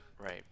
right